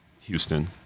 Houston